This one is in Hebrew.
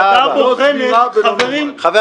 חברים, בוועדה הבוחנת שבעה חברים